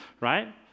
right